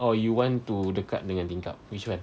or you want to dekat dengan tingkap which [one]